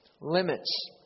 limits